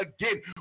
again